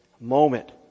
moment